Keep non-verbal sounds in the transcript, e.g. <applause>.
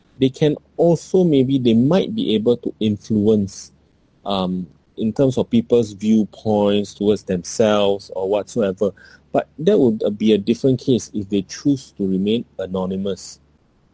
they can also maybe they might be able to influence um in terms of people's viewpoints towards themselves or whatsoever <breath> but that would uh be a different case if they choose to remain anonymous